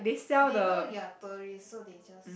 they know you're tourist so they just